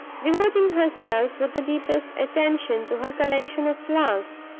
devoting herself with the deepest attention to her collection of flowers.